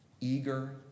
Eager